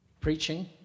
preaching